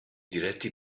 diretti